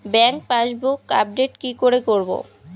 Bank passbook update কি করে করবো?